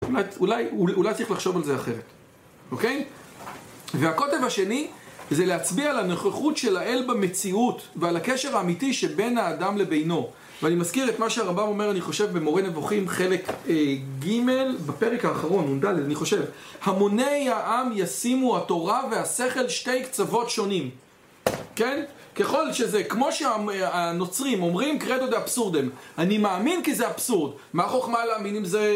אולי צריך לחשוב על זה אחרת, אוקיי? והקוטב השני זה להצביע על הנוכחות של האל במציאות ועל הקשר האמיתי שבין האדם לבינו ואני מזכיר את מה שהרבב אומר, אני חושב, במורה נבוכים חלק ג' בפרק האחרון, נ"ד, אני חושב המוני העם ישימו התורה והשכל שתי קצוות שונים. כן? ככל שזה, כמו שהנוצרים אומרים קרדוד דה אבסורדם. אני מאמין כי זה אבסורד. מה החוכמה להאמין אם זה...